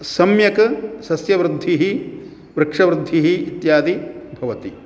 सम्यक् सस्यवृद्धिः वृक्षवृद्धिः इत्यादि भवति